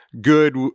Good